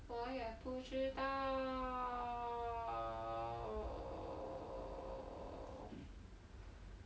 我也不知道